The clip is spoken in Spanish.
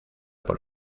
por